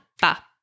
ba